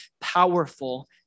powerful